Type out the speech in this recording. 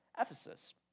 Ephesus